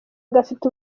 gafite